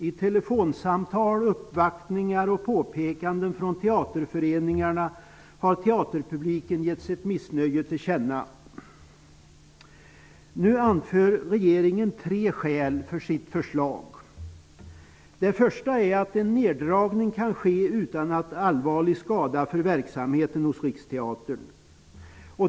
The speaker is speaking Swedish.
I telefonsamtal, uppvaktningar och påpekanden från teaterföreningarna har teaterpubliken gett sitt missnöje till känna. Nu anför regeringen tre skäl till sitt förslag. Det första är att en nerdragning kan ske utan allvarlig skada för verksamheten hos Riksteatern.